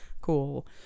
Cool